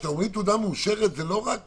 כשאתם אומרים "תעודה מאושרת" זה לא רק